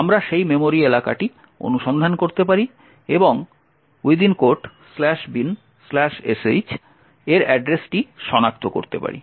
আমরা সেই মেমোরি এলাকাটি অনুসন্ধান করতে পারি এবং binsh এর অ্যাড্রেসটি সনাক্ত করতে পারি